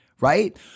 right